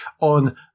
on